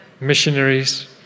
missionaries